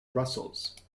brussels